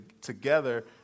together